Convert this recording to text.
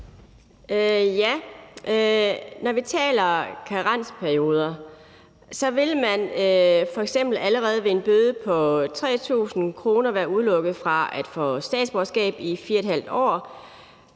tak. Når vi taler karensperioder, vil man f.eks. allerede ved en bøde på 3.000 kr. være udelukket fra at få statsborgerskab i 4½ år,